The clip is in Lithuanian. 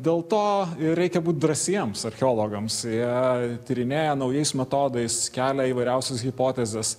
dėl to ir reikia būt drąsiems archeologams jie tyrinėja naujais metodais kelia įvairiausias hipotezes